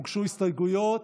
הוגשו הסתייגויות.